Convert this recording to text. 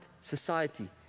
Society